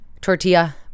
tortilla